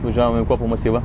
važiavom į kopų masyvą